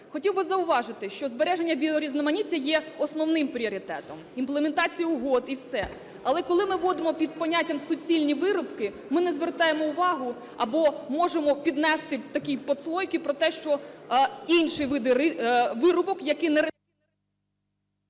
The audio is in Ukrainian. хотів би зауважити, що збереження біорізноманіття є основним пріоритетом, імплементація угод і все. Але коли ми будемо під поняттям "суцільні вирубки", ми не звертаємо увагу, бо можемо піднести такі підслойки про те, що інші види вирубок, які не…